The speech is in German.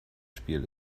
spiel